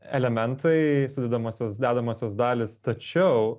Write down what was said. elementai sudedamosios dedamosios dalys tačiau